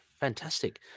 Fantastic